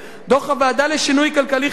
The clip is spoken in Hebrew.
דוח הוועדה לשינוי כלכלי חברתי.